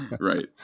right